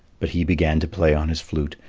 but he began to play on his flute,